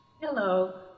Hello